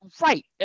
right